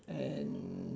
and